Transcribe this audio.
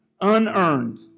unearned